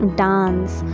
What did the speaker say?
dance